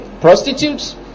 Prostitutes